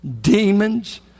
demons